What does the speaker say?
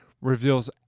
reveals